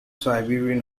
siberian